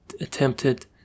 attempted